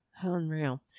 Unreal